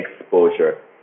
exposure